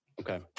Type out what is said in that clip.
Okay